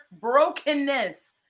brokenness